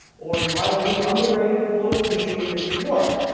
or in my view underrated, political machine in new york.